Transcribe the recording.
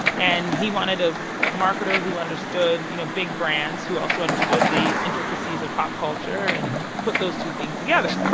and he wanted a ah marketer who understood, you know, big brands who also understood the intricacies of pop culture and could put those two things together.